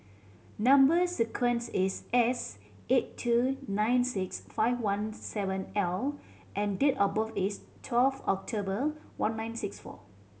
number sequence is S eight two nine six five one seven L and date of birth is twelve October one nine six four